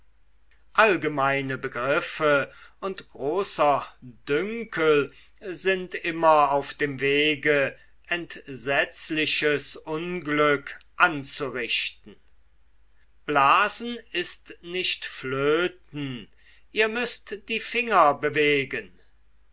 allgemeine begriffe und großer dünkel sind immer auf dem wege entsetzliches unglück anzurichten blasen ist nicht flöten ihr müßt die finger bewegen